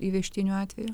įvežtinių atvejų